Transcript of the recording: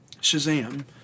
Shazam